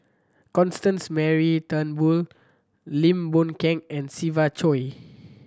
Constance Mary Turnbull Lim Boon Keng and Siva Choy